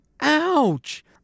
ouch